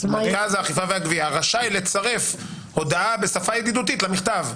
המרכז לאכיפה והגבייה רשאי לצרף הודעה בשפה ידידותית למכתב.